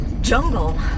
jungle